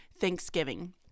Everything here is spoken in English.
Thanksgiving